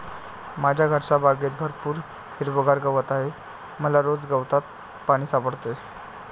माझ्या घरच्या बागेत भरपूर हिरवागार गवत आहे मला रोज गवतात पाणी सापडते